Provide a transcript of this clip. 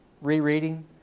rereading